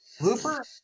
Looper